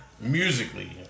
Musically